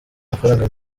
amafaranga